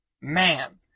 Man